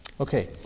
Okay